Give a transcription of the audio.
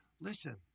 Listen